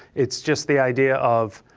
it's just the idea of